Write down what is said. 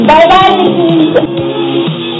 Bye-bye